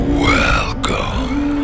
welcome